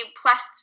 plus